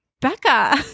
Becca